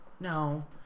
No